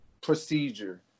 procedure